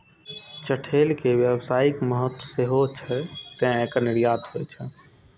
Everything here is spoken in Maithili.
चठैल के व्यावसायिक महत्व सेहो छै, तें एकर निर्यात होइ छै